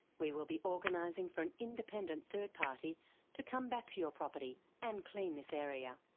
we will be organising for an independent third party to come back to your property and clean this area.